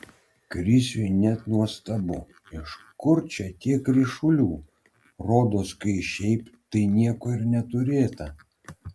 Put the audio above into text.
krisiui net nuostabu iš kur čia tiek ryšulių rodos kai šiaip tai nieko ir neturėta